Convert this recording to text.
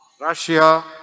Russia